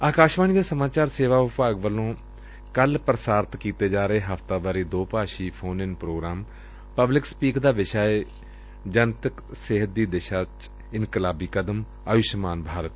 ਅਕਾਸ਼ਵਾਣੀ ਦੇ ਸਮਾਚਾਰ ਸੇਵਾ ਵਿਭਾਗ ਵੱਲੋ ਕੱਲੂ ਪ੍ਰਸਾਰਿਤ ਕੀਤੇ ਜਾ ਰਹੇ ਹਫ਼ਤਾਵਾਰੀ ਦੋ ਭਾਸ਼ੀ phone in programme public speak ਦਾ ਵਿਸ਼ਾ ਏ ਜਨ ਸਿਹਤ ਦੀ ਦਿਸ਼ਾ ਚ ਇਨਕਲਾਬੀ ਕਦਮ ਅਯੁਸ਼ਮਾਨ ਭਾਰਤ